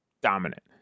Dominant